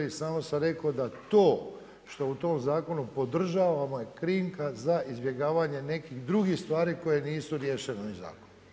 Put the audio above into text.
Samo sam rekao da to što u tom zakonu podržavamo je krinka za izbjegavanje nekih drugih stvari koje nisu riješene ovim zakonom.